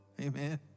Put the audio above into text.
Amen